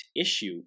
issue